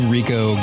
Rico